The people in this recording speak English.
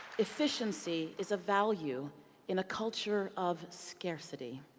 efficiency is a value in a culture of scarcity.